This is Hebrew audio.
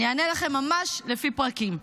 אני אענה לכם ממש לפי פרקים.